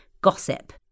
gossip